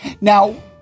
now